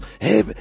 Hey